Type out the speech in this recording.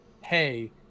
hey